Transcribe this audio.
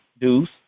Deuce